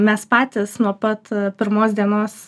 mes patys nuo pat pirmos dienos